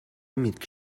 میلک